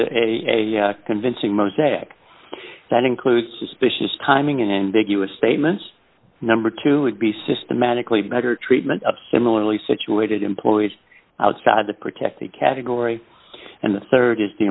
is a convincing mosaic that includes suspicious timing and big u s statements number two would be systematically better treatment of similarly situated employees outside to protect the category and the rd is the